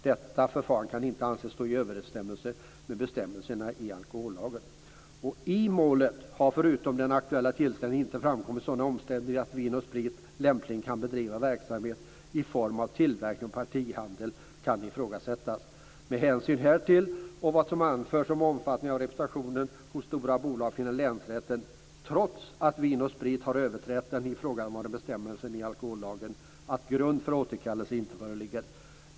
Detta förfarande kan inte anses stå i överensstämmelse med bestämmelsen i 3 kap 5 § Vidare skriver man: "I målet har förutom den aktuella tillställningen inte framkommit sådana omständigheter att V & S:s lämplighet att bedriva verksamhet i form av tillverkning och partihandel kan ifrågasättas. Med hänsyn härtill och till vad som ovan anförts om omfattningen av representation hos stora bolag finner länsrätten, trots att V & S har överträtt den ifrågavarande bestämmelsen i AL, att grund för återkallelse inte föreligger.